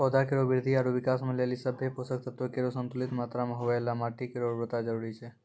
पौधा केरो वृद्धि आरु विकास लेलि सभ्भे पोसक तत्व केरो संतुलित मात्रा म होवय ल माटी केरो उर्वरता जरूरी छै